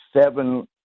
seven